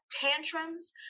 tantrums